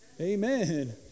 Amen